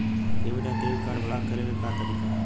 Debit या credit card block करे के का तरीका ह?